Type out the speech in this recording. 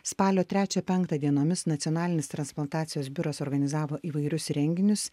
spalio trečią penktą dienomis nacionalinis transplantacijos biuras organizavo įvairius renginius